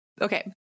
Okay